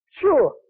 Sure